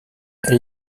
elle